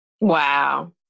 Wow